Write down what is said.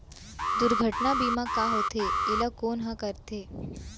दुर्घटना बीमा का होथे, एला कोन ह करथे?